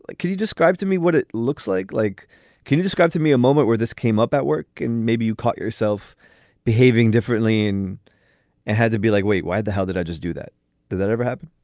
like can you describe to me what it looks like? like can you describe to me a moment where this came up at work and maybe you caught yourself behaving differently in it had to be like, wait, why the hell did i just do that? did that ever happen?